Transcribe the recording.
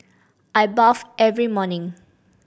I bathe every morning